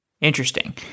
Interesting